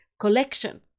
collection